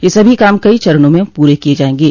यह सभी काम कई चरणों में पूरे किये जायेंगे